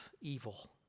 evil